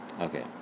Okay